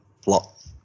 plot